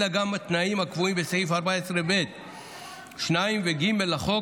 אלא גם התנאים הקבועים בסעיפים 14(ב)(2) ו-14(ג) לחוק.